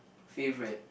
favorite